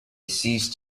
ceased